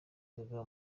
gaga